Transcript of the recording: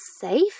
safe